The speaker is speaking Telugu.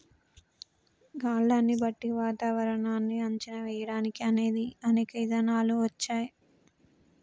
కాలాన్ని బట్టి వాతావరనాన్ని అంచనా వేయడానికి అనేక ఇధానాలు వచ్చాయి